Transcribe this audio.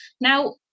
Now